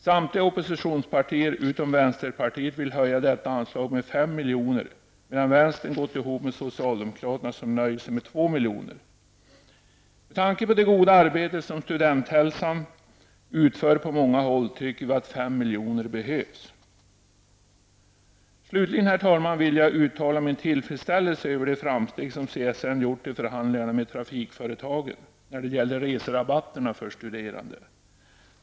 Samtliga oppositionspartier utom vänsterpartiet vill höja detta anslag med 5 milj.kr., medan vänstern gått ihop med socialdemokraterna som nöjer sig med 2 Med tanke på det goda arbete som Studenthälsan utför på många håll tycker vi att 5 miljoner behövs. Herr talman! Slutligen vill jag uttala min tillfredsställelse över de framsteg som CSN har gjort i förhandlingarna med trafikföretagen när det gäller reserabatterna för studerande.